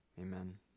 amen